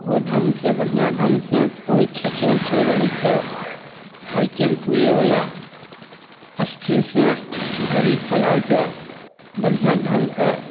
ओहो ढङ्ग से बढ़िआँ ढङ्ग से कोइ खेचो ओचो रहैत छै आइ टेम्पूएबला स्थिरसे गड़ी चलाइके बढ़िआँ ढङ्ग से